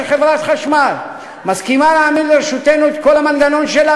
שחברת החשמל מסכימה להעמיד לרשותנו את כל המנגנון שלה,